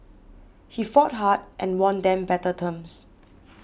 he fought hard and won them better terms